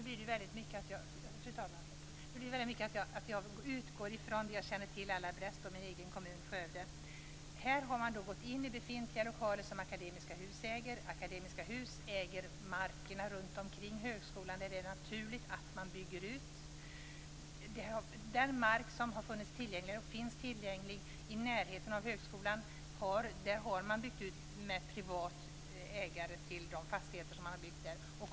Fru talman! Jag utgår från min egen kommun Skövde, eftersom jag känner till den bäst. Här har man gått in i befintliga lokaler som Akademiska Hus äger. Akademiska Hus äger markerna runt omkring högskolan, och det är naturligt att man bygger ut där. På den mark som finns tillgänglig i närheten av högskolan är det privat ägande till de fastigheter som har byggts där för högskolans räkning.